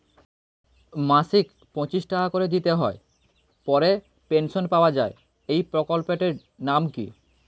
মাসিক পঁচিশ টাকা করে দিতে হয় পরে পেনশন পাওয়া যায় এই প্রকল্পে টির নাম কি?